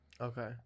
Okay